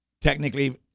Technically